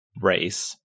race